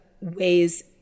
ways